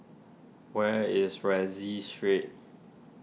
where is Rienzi Street